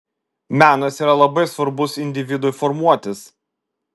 menas yra labai svarbus individui formuotis